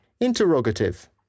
Interrogative